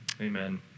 Amen